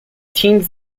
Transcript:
teens